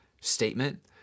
statement